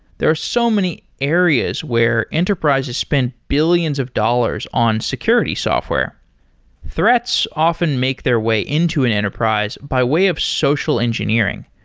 there are so many areas where enterprises spent billions of dollars on security software threats often make their way into an enterprise by way of social engineering.